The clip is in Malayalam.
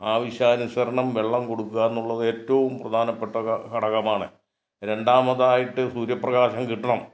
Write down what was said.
ആവശ്യാനുസരണം വെള്ളം കൊടുക്കുക എന്നുള്ളത് ഏറ്റവും പ്രധാനപ്പെട്ട ഘടകമാണ് രണ്ടാമതായിട്ട് സൂര്യപ്രകാശം കിട്ടണം